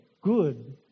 good